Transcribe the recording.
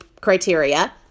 criteria